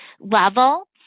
level